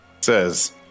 Says